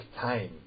time